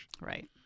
Right